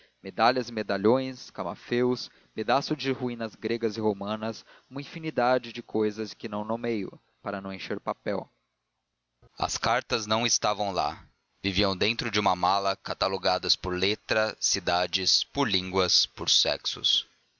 medalhas e medalhões camafeus pedaços de ruínas gregas e romanas uma infinidade de cousas que não nomeio para não encher papel as cartas não estavam lá viviam dentro de uma mala catalogadas por letras por cidades por línguas por sexos